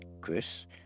Chris